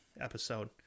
episode